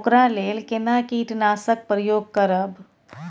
ओकरा लेल केना कीटनासक प्रयोग करब?